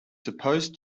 supposed